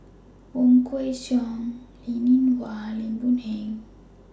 Wong Kwei Cheong Linn in Hua and Lim Boon Heng